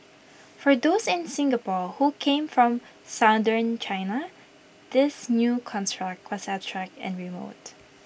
for those in Singapore who came from southern China this new construct was abstract and remote